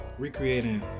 Recreating